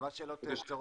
ממש שאלות קצרות.